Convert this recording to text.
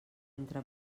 entre